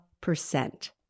percent